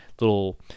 Little